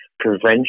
Prevention